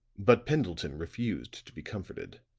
but pendleton refused to be comforted.